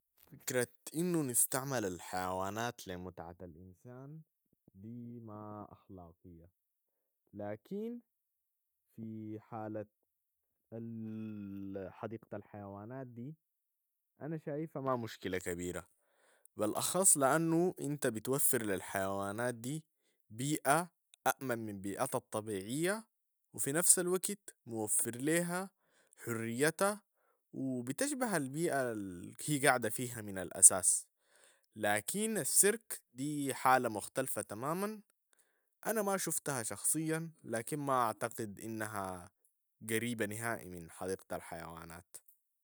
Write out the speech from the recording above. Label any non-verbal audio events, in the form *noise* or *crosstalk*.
فكرة انو نستعمل الحيوانات لمتعة الإنسان دي ما أخلاقية، لكن في حالة ال- *hesitation* حديقة الحيوانات دي أنا شايفة ما مشكلة كبيرة، بالأخص لأنو أنت بتوفر للحيوانات دي بيئة أامن من بيئتها الطبيعية و في نفس الوقت موفر ليها حريتها و بتشبه البيئة الهي قاعدة فيها من الأساس، لكن السيرك دي حالة مختلفة تماما أنا ما شفتها شخصيا، لكن ما أعتقد إنها قريبة نهائي من حديقة الحيوانات.